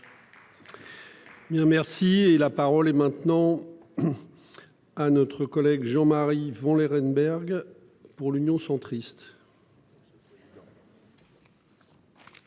merci, et la parole est maintenant. À notre collègue Jean-Marie vont Laerenbergh. Pour l'Union centriste.